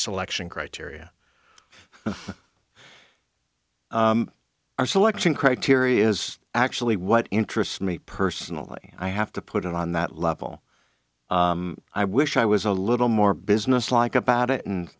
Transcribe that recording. selection criteria our selection criteria is actually what interests me personally i have to put it on that level i wish i was a little more businesslike about it and